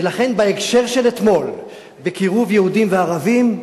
ולכן, בהקשר של אתמול, בקירוב יהודים וערבים,